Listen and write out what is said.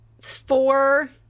four